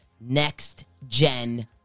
Next-gen